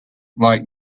like